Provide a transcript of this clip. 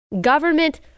government